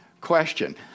question